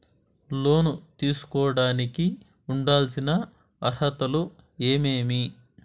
లోను తీసుకోడానికి ఉండాల్సిన అర్హతలు ఏమేమి?